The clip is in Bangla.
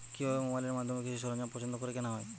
কিভাবে মোবাইলের মাধ্যমে কৃষি সরঞ্জাম পছন্দ করে কেনা হয়?